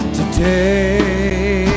Today